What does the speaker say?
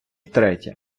третє